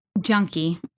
junkie